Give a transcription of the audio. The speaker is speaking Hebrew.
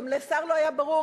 וגם לשר לא היה ברור,